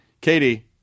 Katie